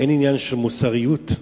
אין עניין של מוסריות אצלה.